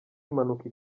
impanuka